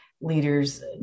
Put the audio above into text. leaders